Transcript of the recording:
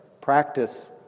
Practice